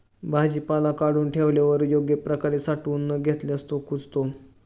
भाजीपाला काढून ठेवल्यावर योग्य प्रकारे साठवून न घेतल्यास तो कुजतो